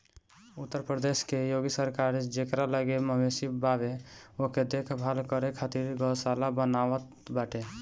उत्तर प्रदेश के योगी सरकार जेकरा लगे मवेशी बावे ओके देख भाल करे खातिर गौशाला बनवावत बाटे